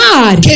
God